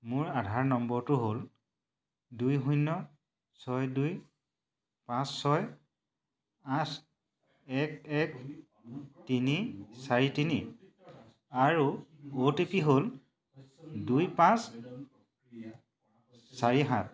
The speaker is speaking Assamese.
মোৰ আধাৰ নম্বৰটো হ'ল দুই শূন্য ছয় দুই পাঁচ ছয় আঠ এক এক তিনি চাৰি তিনি আৰু অ' টি পি হ'ল দুই পাঁচ চাৰি সাত